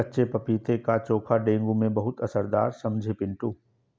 कच्चे पपीते का चोखा डेंगू में बहुत असरदार है समझे पिंटू